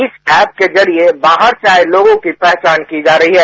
जिस एप के जरिये बाहर से आये लोगों की पहचान की जा रही है